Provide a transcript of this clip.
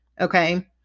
Okay